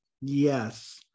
Yes